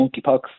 monkeypox